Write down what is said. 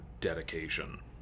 dedication